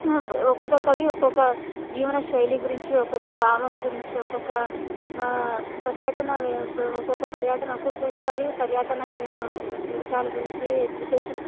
ఒక్కొక్క కవి ఒక్కొక్క జీవనశైలి గురించి ఒక్కొక్క భావం గురించి ఒక్కొక్క ఆ పర్యటన ఒక పర్యటన ఒకొక్క కవి పర్యటన జీవితాల గురించి ఎడ్యుకేషన్